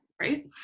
right